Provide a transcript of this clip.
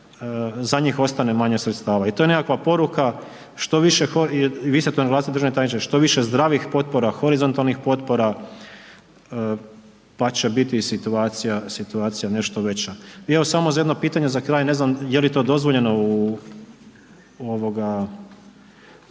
za njih ostane manje sredstava. I to je nekakva poruka, vi ste to naglasili državni tajniče, što više zdravih potpora, horizontalnih potpora, pa će biti i situacija nešto veća. I evo samo jedno pitanje za kraj, ne znam je li to dozvoljeno u ovoga